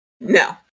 no